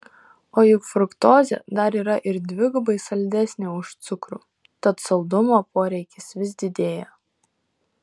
o juk fruktozė dar yra ir dvigubai saldesnė už cukrų tad saldumo poreikis vis didėja